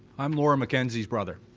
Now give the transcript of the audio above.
i'm laura mackenzie's brother.